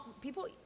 people